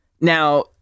Now